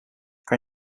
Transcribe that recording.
kan